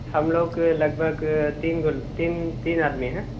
ہم لوگ لگ بھگ تین تین تین آدمی ہیں